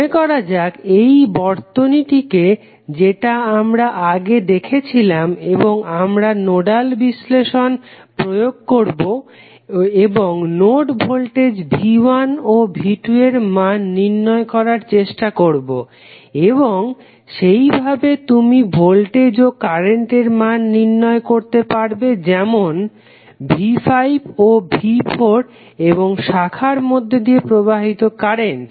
মনে করা যাক এই বর্তনীটিকে যেটা আমরা আগে দেখেছিলাম এবং আমরা নোডাল বিশ্লেষণ প্রয়োগ করবো এবং নোড ভোল্টেজ V1 ও V2 এর মান নির্ণয় করার চেষ্টা করবো এবং সেইভাবে তুমি ভোল্টেজ ও কারেন্টের মান নির্ণয় করতে পারবে যেমন V5 ও V4 এবং শাখার মধ্যে দিয়ে প্রবাহিত কারেন্ট